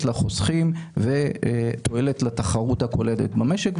לחוסכים ותועלת לתחרות הכוללת במשק,